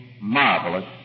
marvelous